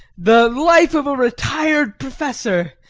the life of a retired professor,